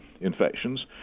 infections